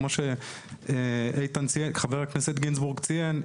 כמו שחבר הכנסת גינבורג ציין,